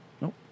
No